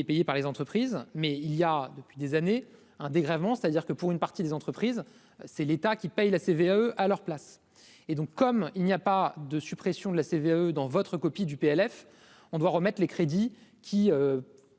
est payé par les entreprises, mais il y a depuis des années un dégrèvement, c'est-à-dire que pour une partie des entreprises, c'est l'état qui paye la CVAE à leur place et donc, comme il n'y a pas de suppression de la CVAE dans votre copie du PLF on doit remettre les crédits qui